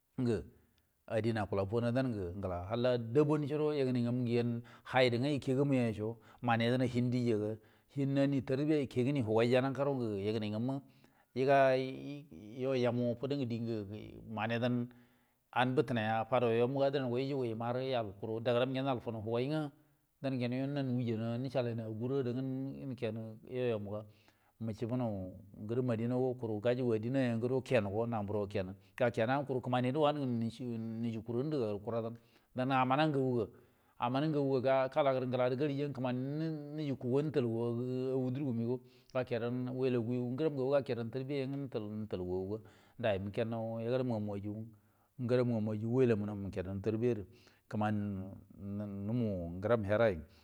Adin acula fodan ge ngela halladabun ngaco gudo cinai ikegenai co maney hin diyyaco hin ni run tarbia hinjar nan tigaro hinja yigai i yo yumingi fudi dingi manai dan di tinaiya fadowo de maro dal ya yengi fudu lo gai yen dan yen nan wul yeri yen acadanino abi yen yo adan ga mucibuno ngrin adinna ngrim adinn nwodo cemige wukeni manei do nice nice kurondo ecal dan amana ngagua a mana gagua kan ecalai ngela, gecalai ngelange kimani nujukwa, nujukwa au durumiyan wellagu ngrim nayen ngekee tarbiya yen mu num mo ngrim her ra ge.